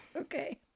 Okay